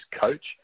coach